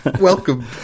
welcome